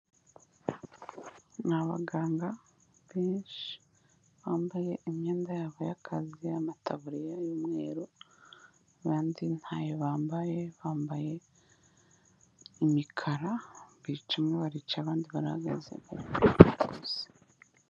Ni abaganga benshi bambaye imyenda yabo y'akazi; amataburiya y'umweru, abandi ntayo bambaye, bambaye imikara bicamo barica abandi bahagaze bakuzi